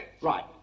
right